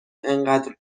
انقدر